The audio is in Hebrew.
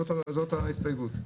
זאת ההסתייגות.